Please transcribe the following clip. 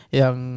yang